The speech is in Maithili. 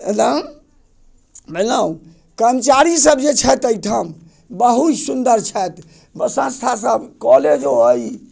एना बुझलहुॅं कर्मचारी सभ जे छथि एहिठाम बहुत सुन्दर छथि संस्था सभ कोलेजो अहि